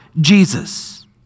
Jesus